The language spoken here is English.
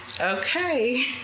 Okay